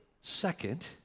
Second